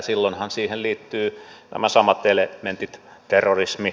silloinhan siihen liittyvät nämä samat elementit